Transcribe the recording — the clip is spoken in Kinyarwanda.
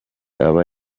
aba